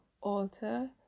alter